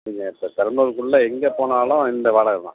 நீங்கள் இப்போ பெரம்பலூருக்குள்ள எங்கேப் போனாலும் இந்த வாடகை தான்